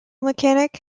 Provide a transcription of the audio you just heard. mechanic